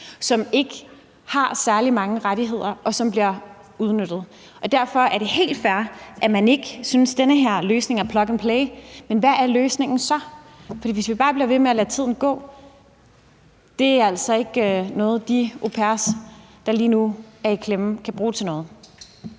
som ikke har særlig mange rettigheder, og som bliver udnyttet. Det er helt fair, at man ikke synes, den her løsning er en plug and play-løsning, men hvad er løsningen så? For hvis vi bare bliver ved med at lade tiden gå, er det altså ikke noget, de au pairer, der lige nu er i klemme, kan bruge til noget.